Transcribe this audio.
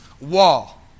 wall